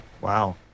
Wow